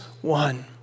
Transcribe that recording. one